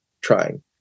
trying